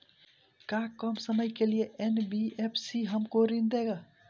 का कम समय के लिए एन.बी.एफ.सी हमको ऋण देगा?